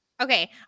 Okay